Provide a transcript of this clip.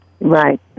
Right